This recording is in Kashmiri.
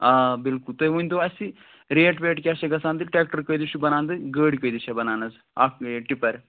آ بِلکُل تُہۍ ؤنۍتَو اَسہِ ریٹ ویٹ کیٛاہ چھِ گژھان تہٕ ٹریکٹَر کۭتِس چھُ بنان تہٕ گٲڑۍ کۭتِس چھِ بنان حظ اَکھ یہِ ٹِپَر